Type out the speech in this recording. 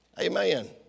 Amen